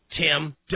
Tim